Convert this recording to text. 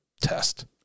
test